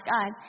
God